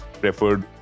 preferred